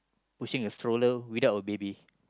pushing a stroller without a baby